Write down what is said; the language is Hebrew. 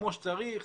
כמו שצריך,